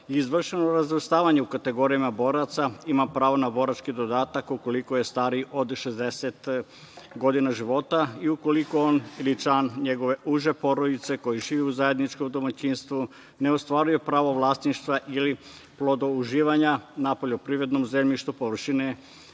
izvršeno razvrstavanje u kategorije boraca, ima pravo na borački dodatak, ukoliko je stariji od 60 godina života i ukoliko on, ili član njegove uže porodice, koji žive u zajedničkom domaćinstvu ne ostvaruje pravo vlasništva ili plodouživanja na poljoprivrednom zemljištu, površine